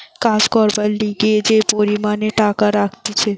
কাজ করবার লিগে যে পরিমাণে টাকা রাখতিছে